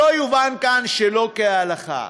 שלא יובן כאן שלא כהלכה,